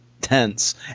tense